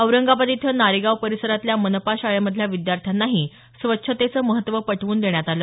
औरंगाबाद इथं नारेगाव परिसरातल्या मनपा शाळेमधल्या विद्यार्थ्यांनाही स्वच्छतेचं महत्त्व पटव्न देण्यात आलं